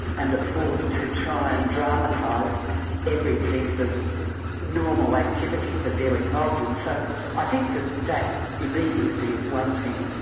and are forced to try and dramatise every piece of normal activity that they're involved in. so i think that that immediacy is one thing,